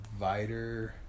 Vider